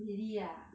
really ah